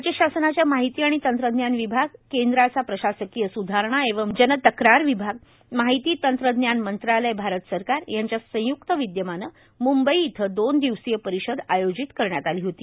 राज्य शासनाच्या माहिती आणि तंत्रज्ञान विभाग केंद्राचा प्रशासकीय सुधारणा एवं जन तक्रार विभाग माहिती तंत्रज्ञान मंत्रालय भारत सरकार यांच्या संयुक्त विदयमाने मुंबई इथं ही दोन दिवसीय परिषद आयोजित करण्यात आली होती